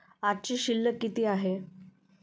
आजची शिल्लक किती आहे?